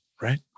right